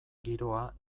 giroa